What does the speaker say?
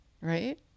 Right